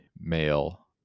male